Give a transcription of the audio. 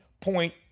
point